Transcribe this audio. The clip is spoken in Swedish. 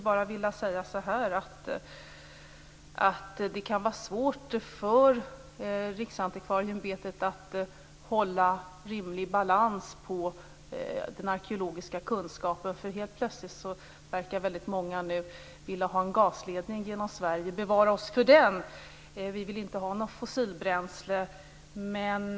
Jag vill bara nämna att det kan vara svårt för Riksantikvarieämbetet att hålla en rimlig balans på den arkeologiska kunskapen. Helt plötsligt verkar ju väldigt många nu vilja ha en gasledning genom Sverige. Bevare oss för den! Vi vill inte ha något fossilbränsle.